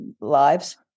lives